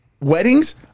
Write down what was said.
Weddings